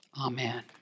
Amen